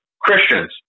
Christians